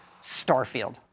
Starfield